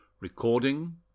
Recording